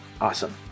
Awesome